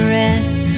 rest